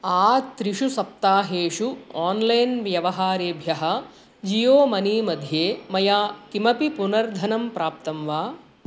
आत्रिषु सप्ताहेषु आन्लैन् व्यवहारेभ्यः जीयो मनी मध्ये मया किमपि पुनर्धनं प्राप्तं वा